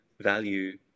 value